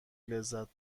لذت